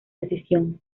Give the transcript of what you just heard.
decisión